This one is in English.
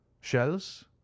shells